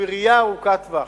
בראייה ארוכת-טווח.